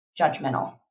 judgmental